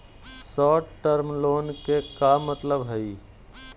Short term loan के का मतलब हई?